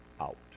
out